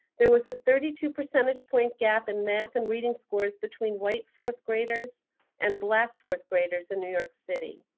there was a thirty two percent um point gap in math and reading scores between white fourth graders and black fourth graders in new york city.